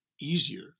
easier